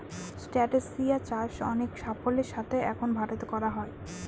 ট্রাস্টেসিয়া চাষ অনেক সাফল্যের সাথে এখন ভারতে করা হয়